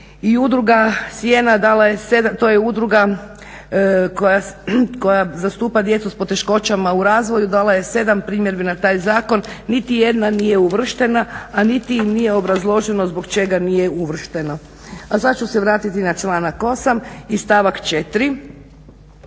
dala je 7, to je udruga koja zastupa djecu s poteškoćama u razvoju, dala je 7 primjedbi na taj zakon. Nitijedna nije uvrštena, a niti nije obrazloženo zbog čega nije uvršteno. A sad ću se vratiti na članak 8. i stavak 4.